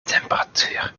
temperatuur